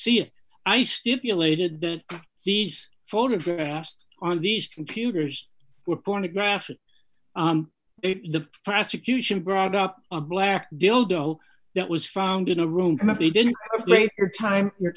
see it i stipulated that these photographs on these computers were pornographic if the prosecution brought up a black dildo that was found in a room and if they didn't rape your time your